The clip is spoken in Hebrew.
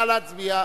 נא להצביע.